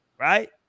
Right